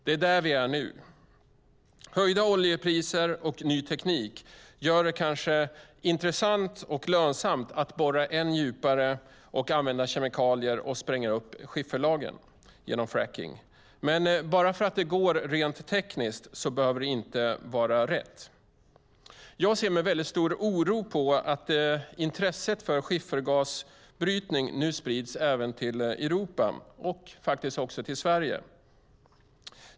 Det är där vi är nu. Höjda oljepriser och ny teknik gör det kanske intressant och lönsamt att borra än djupare, att använda kemikalier och att spränga upp skifferlagren genom fracking. Bara för att det går rent tekniskt behöver det dock inte vara rätt. Jag ser med väldigt stor oro på att intresset för skiffergasbrytning nu sprids även till Europa och faktiskt också till Sverige.